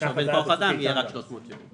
שעובד בחברת כוח אדם יקבל רק 370 שקל.